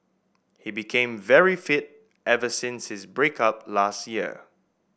he became very fit ever since his break up last year